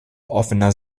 offener